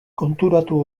konturatu